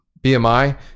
BMI